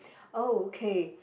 oh K